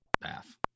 path